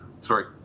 sorry